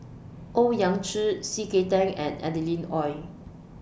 Owyang Chi C K Tang and Adeline Ooi